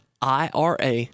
IRA